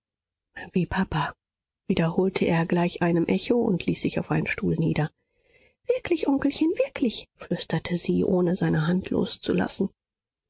papa wiederholte er gleich einem echo und ließ sich auf einen stuhl nieder wirklich onkelchen wirklich flüsterte sie ohne seine hand loszulassen